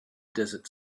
desert